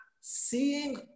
seeing